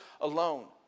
alone